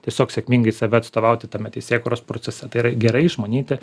tiesiog sėkmingai save atstovauti tame teisėkūros procese tai yra gerai išmanyti